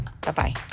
Bye-bye